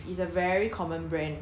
mm